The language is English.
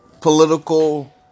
political